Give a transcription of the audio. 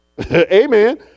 Amen